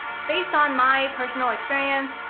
based on my personal experience,